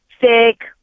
thick